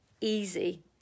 easy